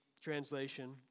translation